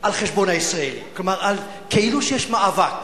על חשבון הישראלי, כלומר כאילו יש מאבק,